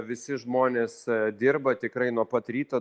visi žmonės dirba tikrai nuo pat ryto